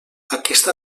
aquesta